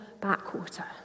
backwater